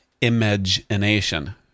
imagination